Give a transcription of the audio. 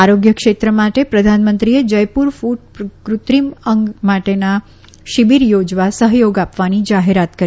આરોગ્ય ક્ષેત્ર માટે પ્રધાનામંત્રીએ જયપુર કુટ કૃત્રિમ અંગ માટેના શીબીર યોજવા સહયોગ આપવાની જાહેરાત કરી